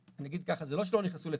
אני אגיד ככה: זה לא שהם לא נכנסו לכאן.